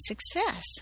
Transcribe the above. success